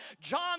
John